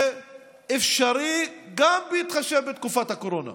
זה אפשרי גם בהתחשב בתקופת הקורונה.